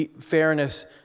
Fairness